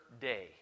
day